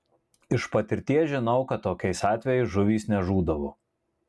iš patirties žinau kad tokiais atvejais žuvys nežūdavo